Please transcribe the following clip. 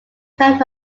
come